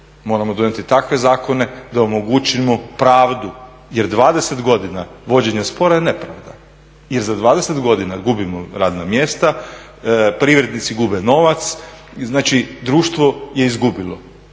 Moramo donijeti takve zakone da omogućimo pravdu, jer 20 godina vođenja spora je nepravda. Jer za 20 godina gubimo radna mjesta, privrednici gube novac. Znači, društvo je izgubilo.